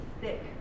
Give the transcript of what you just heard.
thick